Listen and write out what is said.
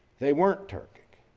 they weren't turk.